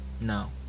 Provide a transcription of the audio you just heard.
No